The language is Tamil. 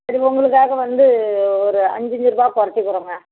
சரி உங்களுக்காக வந்து ஒரு அஞ்சஞ்சுருபா குறச்சிக்குறோங்க